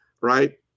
right